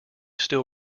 still